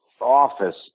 office